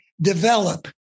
develop